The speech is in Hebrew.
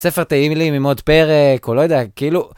ספר תהילים עם עוד פרק, או לא יודע, כאילו...